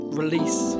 release